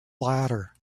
ladder